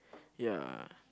ya